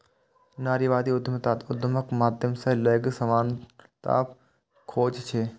नारीवादी उद्यमिता उद्यमक माध्यम सं लैंगिक समानताक खोज छियै